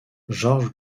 georges